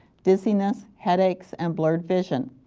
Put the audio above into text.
dizziness, headaches, and blurred vision.